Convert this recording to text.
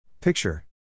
Picture